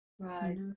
right